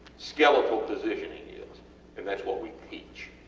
skeletal positioning is and thats what we teach.